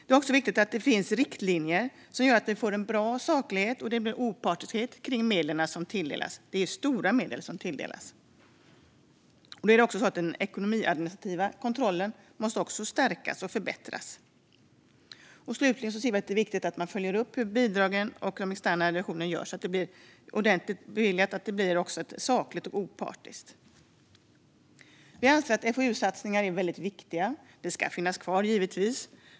Det är också viktigt att det finns riktlinjer som gör att vi får saklighet och opartiskhet kring medlen som tilldelas. Det är stora medel som tilldelas. Den ekonomiadministrativa kontrollen måste också stärkas och förbättras. Slutligen anser vi att det är viktigt att man följer upp hur bidragen lämnas och den externa revisionen görs så att det blir ordentligt beviljat och även sakligt och opartiskt. Vi anser att FoU-satsningar är viktiga. De ska givetvis finnas kvar.